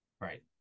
Right